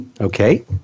Okay